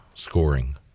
scoring